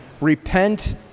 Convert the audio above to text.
Repent